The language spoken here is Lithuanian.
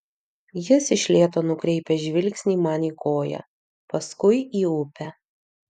jis iš lėto nukreipia žvilgsnį man į koją paskui į upę